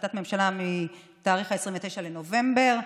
בהחלטת ממשלה מ-29 בנובמבר,